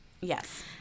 yes